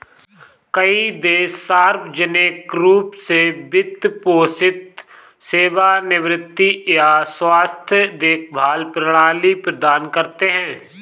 कई देश सार्वजनिक रूप से वित्त पोषित सेवानिवृत्ति या स्वास्थ्य देखभाल प्रणाली प्रदान करते है